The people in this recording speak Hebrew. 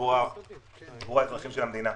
עבור אזרחי המדינה.